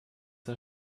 der